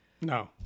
No